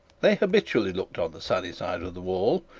they habitually looked on the sunny side of the wall,